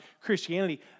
Christianity